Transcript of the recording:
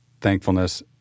thankfulness